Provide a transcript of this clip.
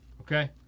Okay